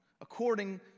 according